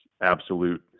absolute